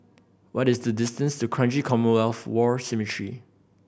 what is the distance to Kranji Commonwealth War Cemetery